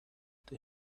they